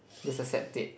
just accept it